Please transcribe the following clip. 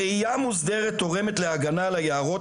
ראיה מוסדרת תורמת להגנה על היערות,